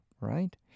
right